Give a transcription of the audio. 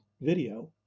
video